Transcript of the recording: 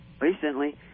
Recently